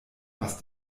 was